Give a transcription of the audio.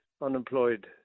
Unemployed